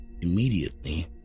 immediately